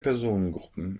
personengruppen